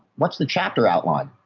what's the chapter outline.